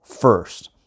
first